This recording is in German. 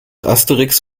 asterix